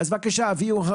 אביהו,